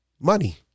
Money